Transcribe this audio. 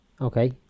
Okay